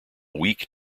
weak